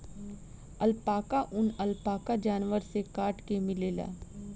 alpaca ऊन, alpaca जानवर से काट के मिलेला